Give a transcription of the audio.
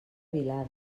vilada